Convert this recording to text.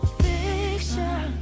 fiction